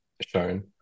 shown